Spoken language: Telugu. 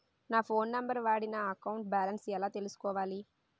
నా ఫోన్ నంబర్ వాడి నా అకౌంట్ బాలన్స్ ఎలా తెలుసుకోవాలి?